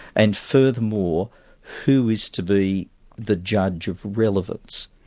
and furthermore who is to be the judge of relevance.